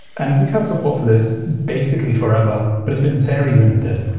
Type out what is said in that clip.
and we had support for this basically forever, but it's been very limited.